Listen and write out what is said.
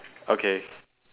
okay